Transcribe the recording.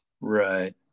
Right